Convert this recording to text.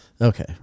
Okay